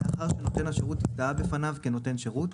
לאחר שנותן השירות הזדהה בפניו כנותן שירות,